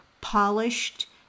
polished